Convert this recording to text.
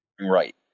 right